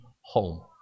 home